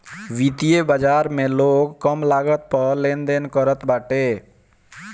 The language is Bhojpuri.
वित्तीय बाजार में लोग कम लागत पअ लेनदेन करत बाटे